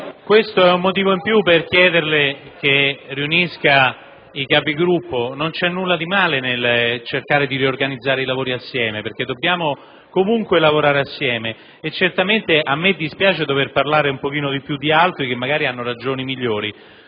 questo è un motivo in più per chiederle di riunire la Conferenza dei Capigruppo; non c'è niente di male nel cercare di riorganizzare i lavori insieme, perché dobbiamo comunque lavorare assieme e certamente a me dispiace poter parlare più di altri che magari hanno ragioni migliori.